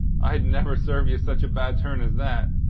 i'd never serve ye such a bad turn as that.